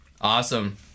Awesome